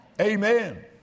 Amen